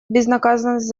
безнаказанность